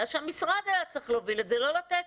שהמשרד היה צריך להוביל את זה ולא לתת